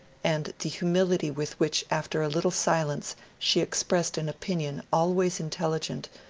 and the humility with which after a little silence she expressed an opinion always intelligent,